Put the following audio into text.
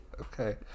Okay